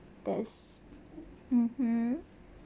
this mmhmm